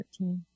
13